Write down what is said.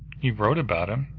you wrote about him.